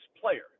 player